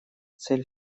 цель